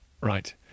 Right